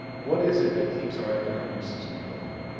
what is it that keeps our economic system going?